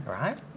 Right